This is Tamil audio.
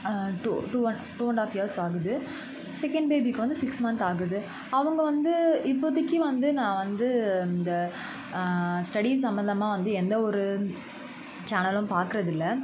two two and two and half years ஆகுது செகண்ட் பேபிக்கு வந்து சிக்ஸ் மந்த் ஆகுது அவங்க வந்து இப்போதைக்கி வந்து நான் வந்து இந்த ஸ்டடீஸ் சம்மந்தமாக வந்து எந்த ஒரு சேனலும் பார்க்குறதில்ல